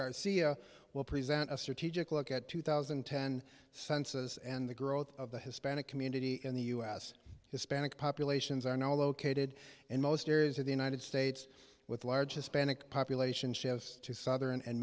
garcia will present a strategic look at two thousand and ten census and the growth of the hispanic community in the u s hispanic populations are now located in most areas of the united states with large hispanic population shifts to southern and